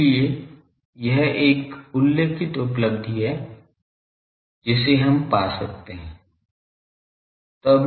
इसलिए यह एक उल्लेखनीय उपलब्धि है जिसे हम पा सकते हैं